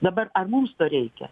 dabar ar mums to reikia